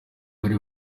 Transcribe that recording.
bari